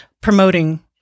promoting